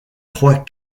trois